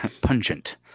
Pungent